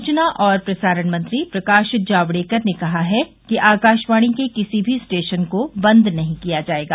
सूचना और प्रसारण मंत्री प्रकाश जावड़ेकर ने कहा है कि आकाशवाणी के किसी भी स्टेशन को बंद नहीं किया जाएगा